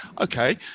Okay